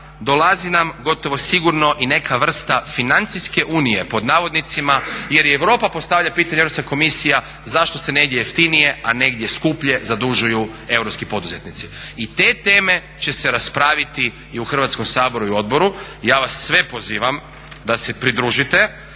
dolazi nam gotovo sigurno i neka vrsta financijske unije pod navodnicima jer i Europa postavlja pitanje, Europska komisija zašto se negdje jeftinije a negdje skuplje zadužuju europskih poduzetnici. I te teme će se raspraviti i u Hrvatskom saboru i u odboru. Ja vas sve pozivam da se pridružite.